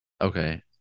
Okay